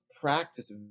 practice